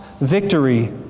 victory